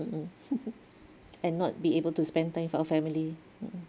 mmhmm and not be able to spend time with our family mm